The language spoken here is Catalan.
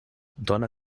dona